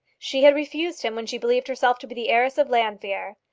she had refused him when she believed herself to be the heiress of llanfeare,